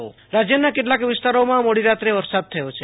આશુ તોષ અંતાણી કચ્છ વરસાદ રાજયના કેટલાક વિસ્તારોમાં મોડી રાત્રે વરસાદ થયો છે